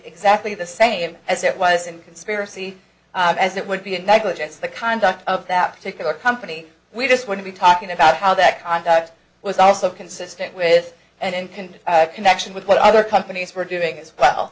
exactly the same as it was in conspiracy as it would be in negligence the conduct of that particular company we're just going to be talking about how that conduct was also consistent with and connection with what other companies were doing as well